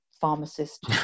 pharmacist